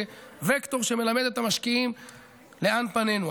זה וקטור שמלמד את המשקיעים לאן פנינו.